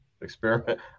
experiment